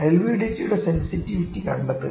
എൽവിഡിടിയുടെ sensitivity കണ്ടെത്തുക